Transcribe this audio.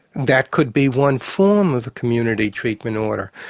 that could be one form of a community treatment order.